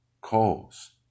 calls